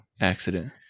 accident